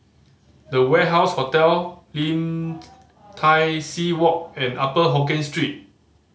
The Warehouse Hotel Lim Tai See Walk and Upper Hokkien Street